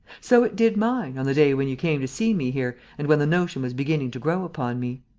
so it did mine, on the day when you came to see me here and when the notion was beginning to grow upon me.